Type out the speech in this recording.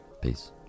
peace